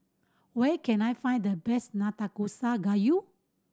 where can I find the best Nanakusa Gayu